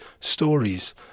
stories